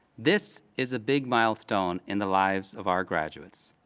this is a big milestone in the lives of our graduates,